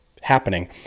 happening